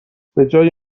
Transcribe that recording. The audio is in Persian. بجای